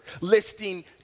listing